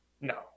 No